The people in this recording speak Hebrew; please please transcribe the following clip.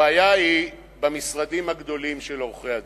הבעיה היא במשרדים הגדולים של עורכי-הדין.